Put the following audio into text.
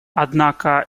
однако